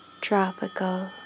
tropical